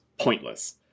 pointless